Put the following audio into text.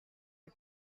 are